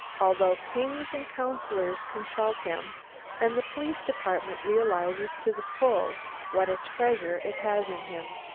although kings and councillors consult him and the police department realises to the full what a treasure it has in him.